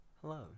Hello